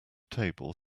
table